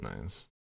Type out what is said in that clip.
Nice